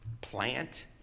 plant